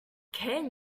can